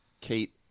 Kate